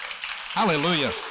Hallelujah